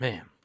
Man